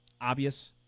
obvious